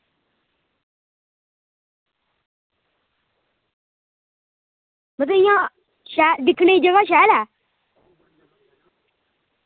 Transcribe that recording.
एह् इंया दिक्खनै गी जगह शैल ऐ